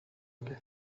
paix